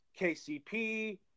KCP